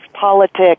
politics